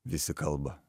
visi kalba